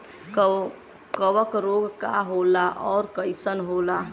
कवक रोग का होला अउर कईसन होला?